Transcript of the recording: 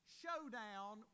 showdown